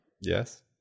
Yes